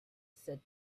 said